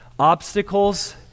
Obstacles